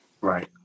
Right